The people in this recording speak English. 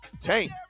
Tank